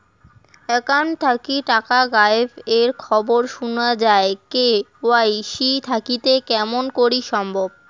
Account থাকি টাকা গায়েব এর খবর সুনা যায় কে.ওয়াই.সি থাকিতে কেমন করি সম্ভব?